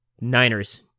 niners